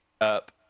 up